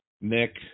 Nick